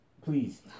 Please